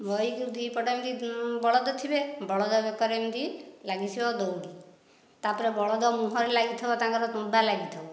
ମଇ କୁ ଦି ପଟେ ଏମିତି ବଳଦ ଥିବେ ବଳଦ ବେକରେ ଏମିତି ଲାଗିଥିବ ଦଉଡ଼ି ତାପରେ ବଳଦ ମୁହ ରେ ଲାଗିଥିବ ତାଙ୍କର ତୁଣ୍ଡା ଲାଗିଥିବ